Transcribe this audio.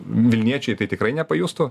vilniečiai tai tikrai nepajustų